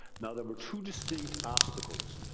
now, there were two distinct obstacles,